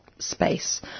space